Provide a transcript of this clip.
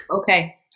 Okay